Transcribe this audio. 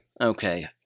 Okay